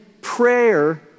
prayer